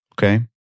okay